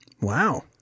Wow